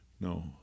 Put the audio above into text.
No